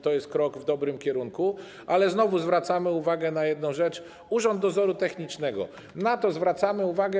To jest krok w dobrym kierunku, ale znowu zwracamy uwagę na jedną rzecz: Urząd Dozoru Technicznego, na to zwracamy uwagę.